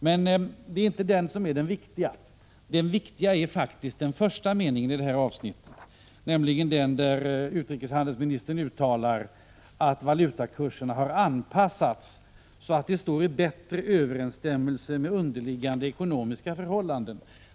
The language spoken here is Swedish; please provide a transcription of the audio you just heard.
Men det är inte den som är den viktiga, utan den viktiga meningen är faktiskt den första i avsnittet, där utrikeshandelsministern uttalar att valutakurserna har ”anpassats så att de står i bättre överensstämmelse med underliggande ekonomiska förhållanden”.